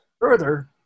further